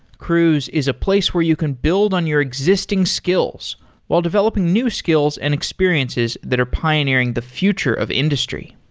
cruise is a place where you can build on your existing skills while developing new skills and experiences that are pioneering the future of industry.